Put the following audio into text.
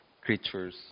creatures